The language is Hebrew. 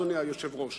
אדוני היושב-ראש.